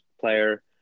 player